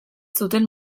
zuten